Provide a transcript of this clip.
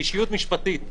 שהיא אישיות משפטית,